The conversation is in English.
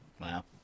Wow